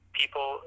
people